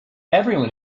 everyone